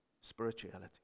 spirituality